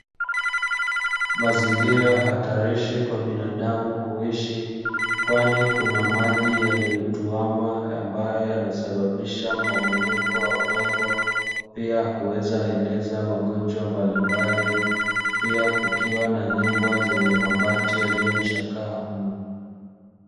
Mazingira hatarishi kwa binadamu kuishi kwani kuna maji yaliyotuama ambayo yanasababisha mmomonyoko wa udongo, pia huweza eneza magonjwa mbalimbali pia kukiwa na nyumba zenye mabati yaliyochakaa mno.